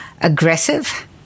aggressive